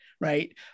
right